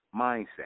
mindset